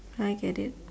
I get it